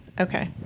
Okay